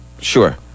Sure